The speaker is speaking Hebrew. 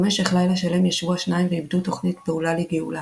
במשך לילה שלם ישבו השניים ועיבדו "תוכנית פעולה לגאולה".